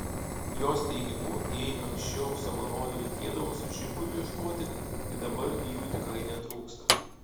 jos teigimu jei anksčiau savanorių reikėdavo su žiburiu ieškoti tai dabar jų tikrai netrūksta